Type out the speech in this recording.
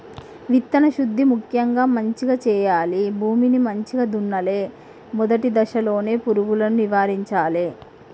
విత్తన శుద్ధి ముక్యంగా మంచిగ చేయాలి, భూమిని మంచిగ దున్నలే, మొదటి దశలోనే పురుగులను నివారించాలే